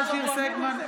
אינו נוכח מיכל שיר סגמן,